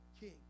king